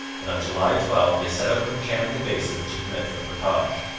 and on july twelve they set out from chambly basin to commence the portage.